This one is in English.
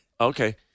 Okay